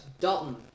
Dalton